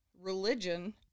religion